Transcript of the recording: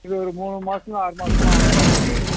இது ஒரு மூணு மாசமா ஆறு மாசமா அந்த மாதிரி இருக்குது